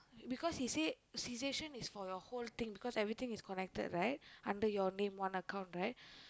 because he said cessation is for your whole thing because everything is connected right under your name one account right